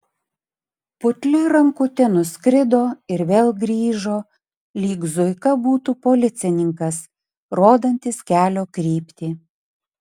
putli rankutė nuskrido ir vėl grįžo lyg zuika būtų policininkas rodantis kelio kryptį